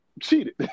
cheated